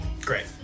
Great